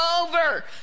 over